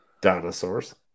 Dinosaurs